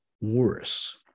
worse